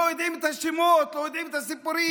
לא יודעים את השמות, לא יודעים את הסיפורים,